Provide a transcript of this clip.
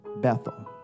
Bethel